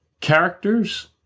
characters